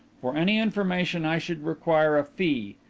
for any information i should require a fee,